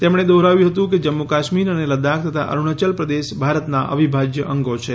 તેમણે દોહરાવ્યું હતું કે જમ્મુ કાશ્મીર અને લદ્દાખ તથા અરૂણાચલપ્રદેશ ભારતના અવિભાજ્ય અંગો છે